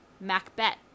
Macbeth